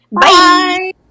Bye